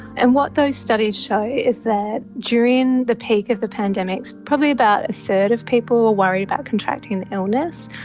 and what those studies show is that during the peak of the pandemics, probably about a third of people are worried about contracting the illness,